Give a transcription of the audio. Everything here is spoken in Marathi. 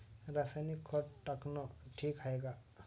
रासायनिक खत टाकनं ठीक हाये का?